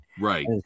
Right